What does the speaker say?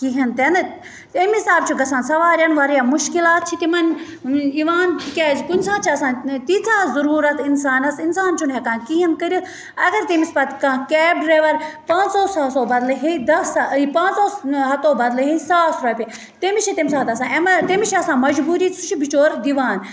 کِہیٖنۍ تہِ نہٕ تَمہِ حِساب چھِ گژھان سَوارٮ۪ن واریاہ مُشکِلات چھِ تِمَن یِوان تِکیٛازِ کُنہِ ساتہٕ چھِ آسان تیٖژاہ ضٔروٗرت اِنسانَس اِنسان چھُنہٕ ہٮ۪کان کِہیٖنۍ کٔرِتھ اگر تٔمِس پَتہٕ کانٛہہ کیب ڈرٛایوَر پانٛژو ساسو بَدلہٕ ہیٚیہِ دَہ سا یہِ پانٛژَو ہَتو بَدلہٕ ہے ساس رۄپیہِ تٔمِس چھِ تَمہِ ساتہٕ آسان تٔمِس چھِ آسان مَجبوٗری سُہ چھُ بِچور دِوان